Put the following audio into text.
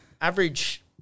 average